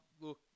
look